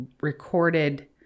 recorded